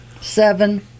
Seven